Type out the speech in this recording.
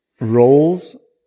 roles